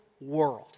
world